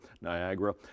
Niagara